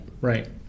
Right